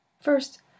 First